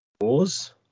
Wars